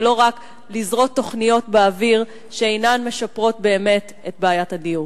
ולא רק לזרות תוכניות באוויר שאינן משפרות באמת את בעיית הדיור.